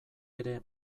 ere